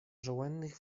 żołędnych